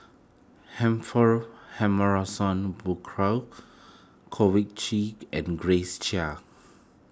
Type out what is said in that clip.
Humphrey Burkill Chi and Grace Chia